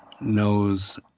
knows